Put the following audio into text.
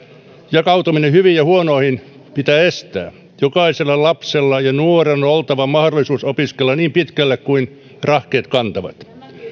jakautuminen hyviin ja huonoihin pitää estää jokaisella lapsella ja nuorella on oltava mahdollisuus opiskella niin pitkälle kuin rahkeet kantavat